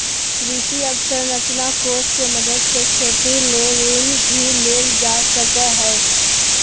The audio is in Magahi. कृषि अवसरंचना कोष के मदद से खेती ले ऋण भी लेल जा सकय हय